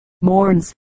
mourns